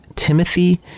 Timothy